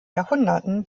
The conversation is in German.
jahrhunderten